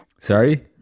Sorry